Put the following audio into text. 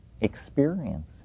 experience